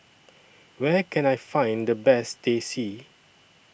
Where Can I Find The Best Teh C